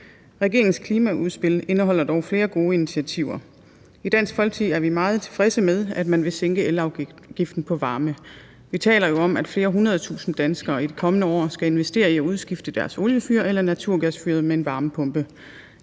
Regeringens klimaudspil indeholder dog flere gode initiativer. I Dansk Folkeparti er vi meget tilfredse med, at man vil sænke elafgiften på varme. Vi taler jo om, at flere hundredtusinde danskere i de kommende år skal investere i at udskifte deres oliefyr eller naturgasfyret med en varmepumpe.